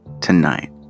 Tonight